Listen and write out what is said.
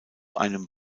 einem